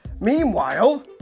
meanwhile